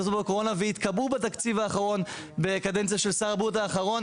התוספו בקורונה והתקבעו בקדנציה של שר הבריאות האחרון,